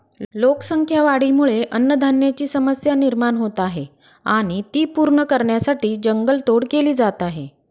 लोकसंख्या वाढीमुळे अन्नधान्याची समस्या निर्माण होत आहे आणि ती पूर्ण करण्यासाठी जंगल तोड केली जात आहे